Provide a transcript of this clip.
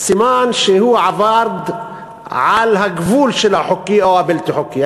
סימן שהוא עבד על הגבול של החוקי או הבלתי-חוקי.